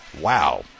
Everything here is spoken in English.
wow